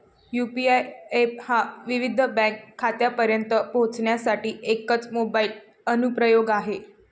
UPI app हा विविध bank खात्यांपर्यंत पोहोचण्यासाठी एकच मोबाइल अनुप्रयोग आहे